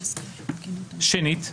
שנית,